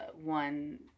one